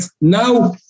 now